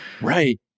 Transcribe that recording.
right